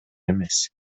эмес